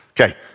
Okay